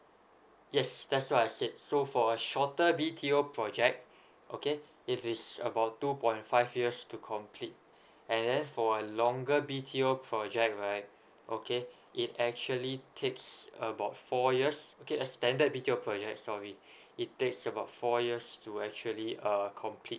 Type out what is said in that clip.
yes that's what I said so for a shorter B_T_O project okay it is about two point five years to complete and then for a longer B_T_O project right okay it actually tips about four years okay a standard B_T_O projects sorry it takes about four years to actually err complete